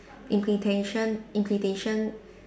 implementation implementation